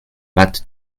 but